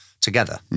together